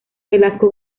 velasco